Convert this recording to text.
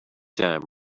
time